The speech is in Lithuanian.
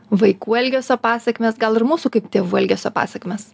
vaikų elgesio pasekmes gal ir mūsų kaip tėvų elgesio pasekmes